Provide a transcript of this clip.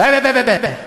בה-בה-בה-בה-בה.